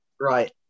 right